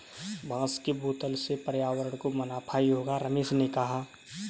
बांस के बोतल से पर्यावरण को मुनाफा ही होगा रमेश ने कहा